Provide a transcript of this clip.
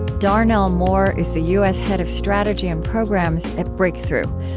darnell moore is the u s. head of strategy and programs at breakthrough,